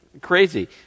crazy